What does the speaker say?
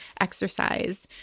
exercise